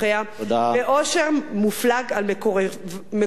ועושר מופלג על מקורביכם.